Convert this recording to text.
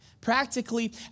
Practically